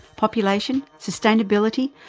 population, sustainability,